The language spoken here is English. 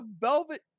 velvet